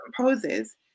poses